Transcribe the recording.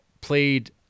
played